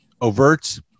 overt